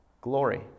glory